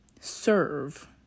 serve